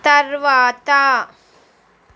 తర్వాత